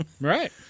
Right